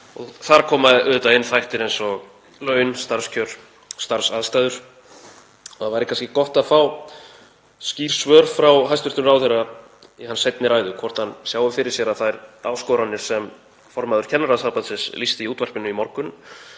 Þar koma auðvitað inn þættir eins og laun, starfskjör og starfsaðstæður. Það væri kannski gott að fá skýr svör frá hæstv. ráðherra í hans seinni ræðu, hvort hann sjái fyrir sér að þær áskoranir sem formaður Kennarasambandsins lýsti í útvarpinu í morgun